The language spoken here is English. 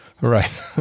Right